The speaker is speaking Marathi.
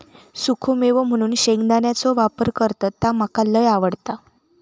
सुखो मेवो म्हणून शेंगदाण्याचो वापर करतत ता मका लय आवडता